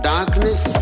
Darkness